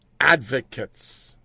advocates